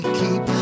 keep